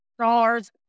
STARS